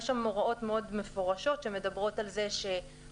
יש שם הוראות מאוד מפורשות שמדברות על כך שהשרים